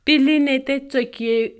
پِلی نَے تہٕ ژوٚکِیے